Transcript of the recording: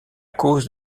cause